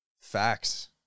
facts